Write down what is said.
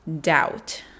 doubt